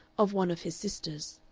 of one of his sisters.